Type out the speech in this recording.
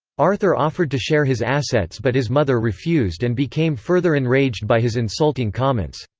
arthur offered to share his assets but his mother refused and became further enraged by his insulting comments.